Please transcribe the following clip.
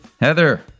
Heather